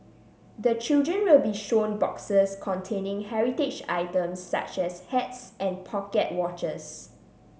the children will be shown boxes containing heritage items such as hats and pocket watches